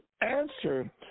answer